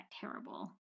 terrible